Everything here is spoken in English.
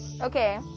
Okay